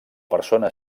persona